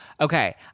Okay